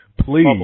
Please